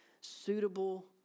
suitable